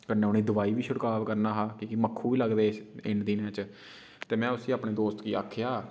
कन्नै उ'नें दवाई बी शिडकाव करना हा क्योंकि मक्खू बी लगदे इन्न दिने च ते में उसी अपने दोस्त गी आखेआ